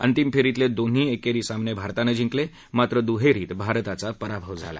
अंतिम फेरीतले दोन एकेरी सामने भारतानं जिंकले मात्र दुहेरीत भारताचा पराभव झाला